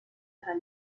tra